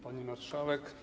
Pani Marszałek!